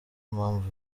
mpamvu